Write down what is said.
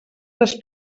les